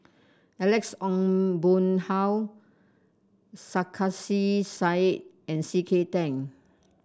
Alex Ong Boon Hau Sarkasi Said and C K Tang